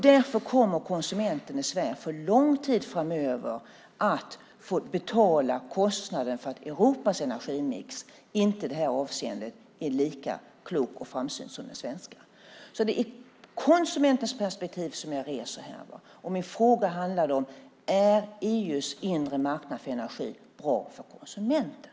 Därför kommer konsumenten i Sverige för lång tid framöver att få betala kostnaden för att Europas energimix inte i det här avseendet är lika klok och framsynt som den svenska. Det är konsumentens perspektiv som jag reser här, och min fråga handlade om detta: Är EU:s inre marknad för energi bra för konsumenten?